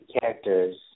characters